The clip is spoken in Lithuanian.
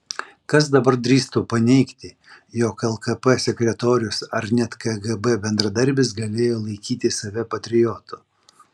kas dabar drįstų paneigti jog lkp sekretorius ar net kgb bendradarbis galėjo laikyti save patriotu